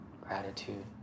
gratitude